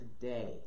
today